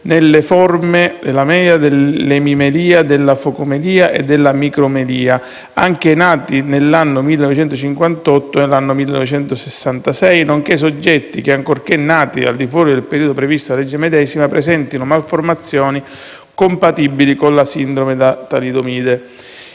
nelle forme dell'amelia, dell'emimelia, della focomelia e della micromelia, anche ai nati negli anni 1958 e 1966, nonché ai soggetti che, ancorché nati al di fuori del periodo previsto dalla legge medesima, presentino malformazioni compatibili con la sindrome da talidomide.